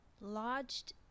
lodged